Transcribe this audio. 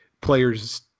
players